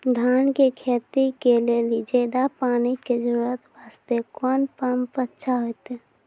धान के खेती के लेली ज्यादा पानी के जरूरत वास्ते कोंन पम्प अच्छा होइते?